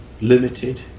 limited